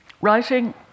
writing